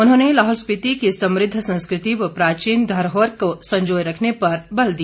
उन्होंने लाहौल स्पिति की समृद्ध संस्कृति व प्राचीन धरोहर को संजोय रखने पर बल दिया